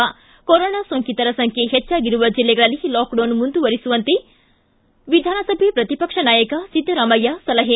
ಿ ಕೊರೊನಾ ಸೋಂಕಿತರ ಸಂಖ್ಯೆ ಹೆಚ್ಚಾಗಿರುವ ಜಿಲ್ಲೆಗಳಲ್ಲಿ ಲಾಕ್ಡೌನ್ ಮುಂದುವರಿಸುವಂತೆ ವಿಧಾನಸಭೆಯ ಪ್ರತಿಪಕ್ಷ ನಾಯಕ ಸಿದ್ದರಾಮಯ್ಯ ಸಲಹೆ